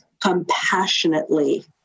compassionately